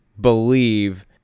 believe